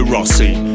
Rossi